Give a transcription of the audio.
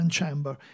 Chamber